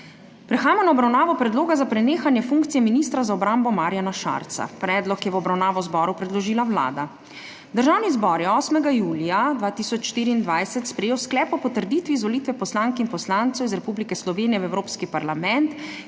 Prehajamo na obravnavo Predloga za prenehanje funkcije ministra za obrambo Marjana Šarca. Predlog je v obravnavo zboru predložila Vlada. Državni zbor je 8. julija 2024 sprejel sklep o potrditvi izvolitve poslank in poslancev iz Republike Slovenije v Evropski parlament in